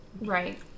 Right